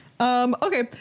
Okay